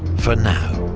for now.